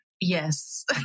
yes